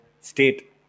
state